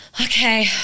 Okay